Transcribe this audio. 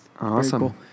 Awesome